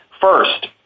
First